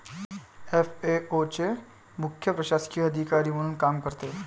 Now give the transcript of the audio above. FAO चे मुख्य प्रशासकीय अधिकारी म्हणून काम करते